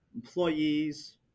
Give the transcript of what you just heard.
employees